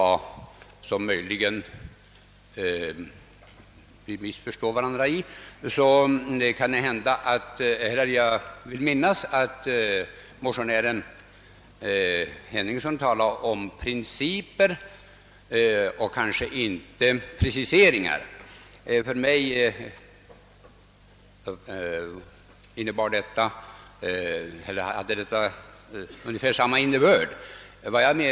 Det kan hända att motionären Henningsson och jag missförstått varandra när han talar om principer och inte om preciseringar. För mig hade dessa två saker ungefär samma innebörd.